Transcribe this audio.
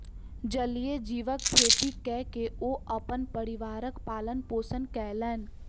जलीय जीवक खेती कय के ओ अपन परिवारक पालन पोषण कयलैन